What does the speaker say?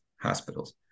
hospitals